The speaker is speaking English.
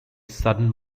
sudden